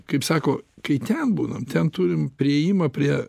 kaip sako kai ten būnam ten turim priėjimą prie